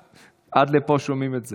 עד לפה שומעים את זה.